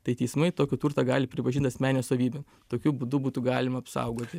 tai teismai tokį turtą gali pripažint asmenine savybe tokiu būdu būtų galima apsaugoti